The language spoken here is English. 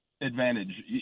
advantage